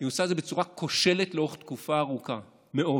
היא עושה זה בצורה כושלת לאורך תקופה ארוכה מאוד.